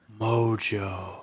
Mojo